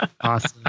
Awesome